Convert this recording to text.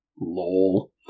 Lol